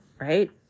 right